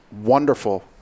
wonderful